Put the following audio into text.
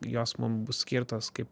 jos mum bus skirtos kaip